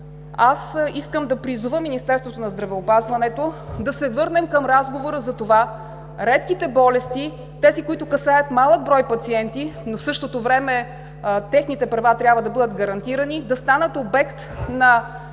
Аз искам да призова Министерството на здравеопазването да се върнем към разговора за редките болести – тези, които касаят малък брой пациенти, но в същото време техните права трябва да бъдат гарантирани и да станат обект на